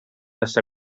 està